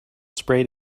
sprayed